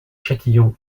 châtillon